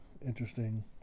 interesting